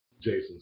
Jason